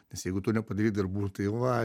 nes jeigu tu nepadarei darbų tai va